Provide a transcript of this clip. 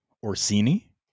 Orsini